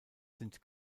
sind